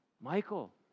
Michael